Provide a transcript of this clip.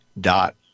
dot